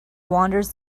wanders